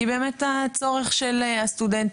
אלא כי באמת הצורך של הסטודנטים,